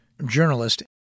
Journalist